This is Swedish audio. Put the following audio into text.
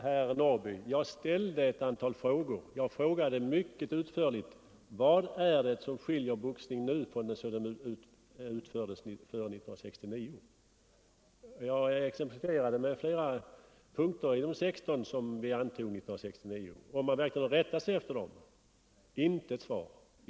Herr talman! Jag ställde ett antal frågor, herr Norrby. Jag frågade mycket utförligt: Vad är det som skiljer boxningen nu från den som utövades 1969? Jag exemplifierade med flera punkter av de 16 vi antog 1969 och frågade om man rättar sig efter dem. Men jag har inte fått något svar.